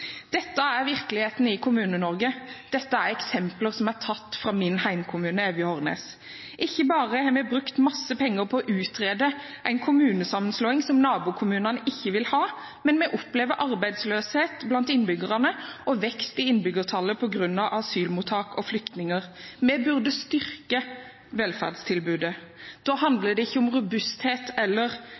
Dette er virkeligheten i Kommune-Norge. Dette er eksempler som er tatt fra min hjemkommune, Evje og Hornnes. Ikke bare har vi brukt en masse penger på å utrede en kommunesammenslåing som nabokommunene ikke vil ha, men vi opplever arbeidsløshet blant innbyggerne og vekst i innbyggertallet på grunn av asylmottak og flyktninger. Vi burde styrke velferdstilbudet. Da handler det ikke om robusthet eller